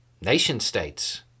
Nation-states